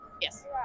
Yes